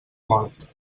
mort